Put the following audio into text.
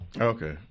Okay